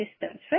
systems